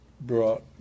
brought